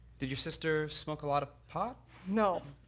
did your sister smoke a lot of pot? no,